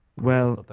well,